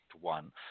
one